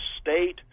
state